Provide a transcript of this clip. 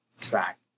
track